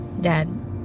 Dad